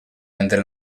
entre